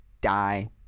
die